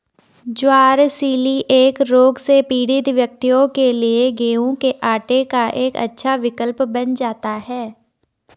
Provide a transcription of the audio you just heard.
ज्वार celiac रोग से पीड़ित व्यक्तियों के लिए गेहूं के आटे का एक अच्छा विकल्प बन जाता है